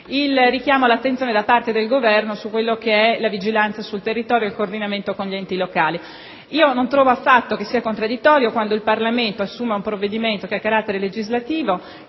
il richiamo all'attenzione da parte del Governo su quella che è la vigilanza sul territorio e il coordinamento con gli enti locali. Io non trovo affatto contraddittorio, quando il Parlamento assume un provvedimento che ha carattere legislativo,